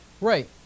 right